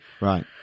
right